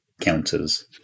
counters